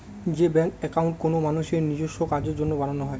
যে bank account কোনো মানুষের নিজেস্ব কাজের জন্য বানানো হয়